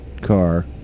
car